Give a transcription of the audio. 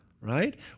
right